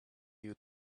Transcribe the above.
you